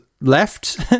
left